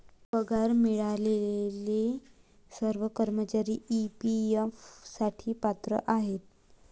पगार मिळालेले सर्व कर्मचारी ई.पी.एफ साठी पात्र आहेत